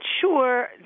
sure